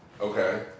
Okay